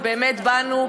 ובאמת באנו,